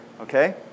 okay